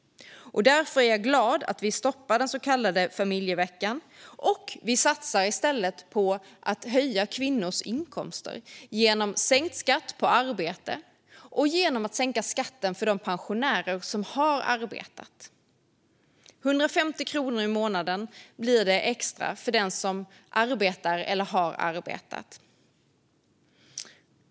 Därför är jag glad att vi stoppar den så kallade familjeveckan. Vi satsar i stället på att höja kvinnors inkomster genom sänkt skatt på arbete och sänkt skatt för de pensionärer som har arbetat. Det blir 150 kronor extra i månaden för den som arbetar eller har arbetat.